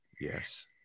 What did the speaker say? Yes